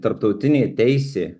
tarptautinė teisė